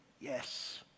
yes